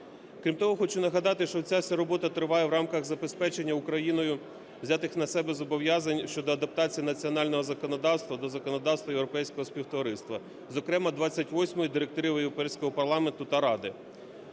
Крім того, хочу нагадати, що ця вся робота триває в рамках забезпечення Україною взятих на себе зобов'язань щодо адаптації національного законодавства до законодавства Європейського співтовариства, зокрема, 28 директивою Європейського парламенту та Ради.